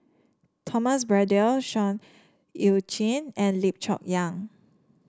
Thomas Braddell Seah Eu Chin and Lim Chong Yah